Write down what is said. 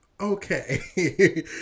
okay